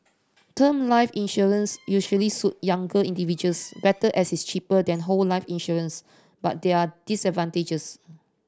term life insurance usually suit younger individuals better as it is cheaper than whole life insurance but there are disadvantages